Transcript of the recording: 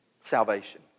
Salvation